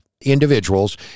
Individuals